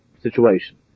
situation